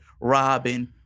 Robin